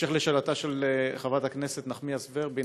בהמשך לשאלתה של חברת הכנסת נחמיאס ורבין,